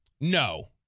No